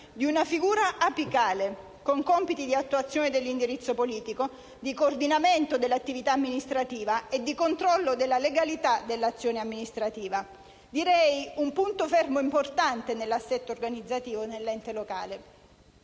di una figura apicale con compiti di attuazione dell'indirizzo politico, di coordinamento dell'attività amministrativa e di controllo della legalità dell'azione amministrativa: direi un punto fermo importante nell'assetto organizzativo dell'ente locale.